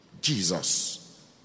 Jesus